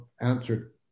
answered